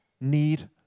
need